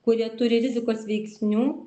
kurie turi rizikos veiksnių